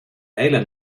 hele